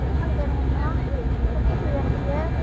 இறால் வேணும் கொஞ்சம் தொக்கு செய்கிறதுக்கு